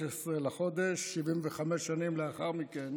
16 בחודש, 75 שנים לאחר מכן